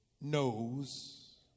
knows